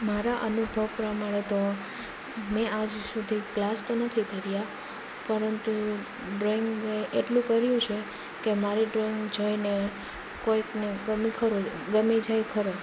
મારા અનુભવ પ્રમાણે તો મેં આજ સુધી ક્લાસ તો નથી કર્યા પરંતુ ડ્રોઈંગ મેં એટલું કર્યું છે કે મારુ ડ્રોઈંગ જોઈને કોઈકને ગમે ખરું ગમી જાય ખરું